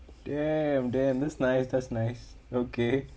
damn damn that's nice that's nice okay